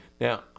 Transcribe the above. Now